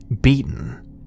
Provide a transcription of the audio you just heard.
beaten